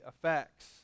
effects